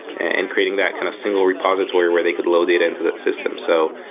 and creating that kind of single repository where they could load data into the system. so